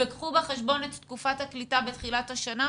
קחו בחשבון את תקופת הקליטה בתחילת השנה.